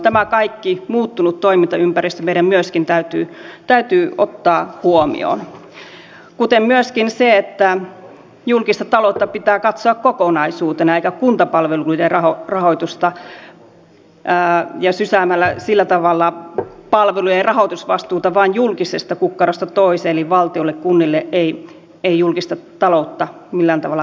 tämä muuttunut toimintaympäristö meidän myöskin täytyy ottaa huomioon kuten myöskin se että julkista taloutta pitää katsoa kokonaisuutena ja sysäämällä palvelujen rahoitusvastuuta vain julkisesta kukkarosta toiseen eli valtiolta kunnille ei julkista taloutta millään tavalla paranneta